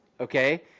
Okay